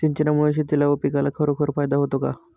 सिंचनामुळे शेतीला व पिकाला खरोखर फायदा होतो का?